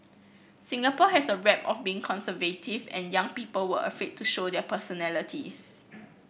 Singapore had a rep of being conservative and young people were afraid to show their personalities